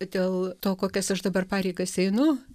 dėl to kokias aš dabar pareigas einu